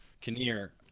Kinnear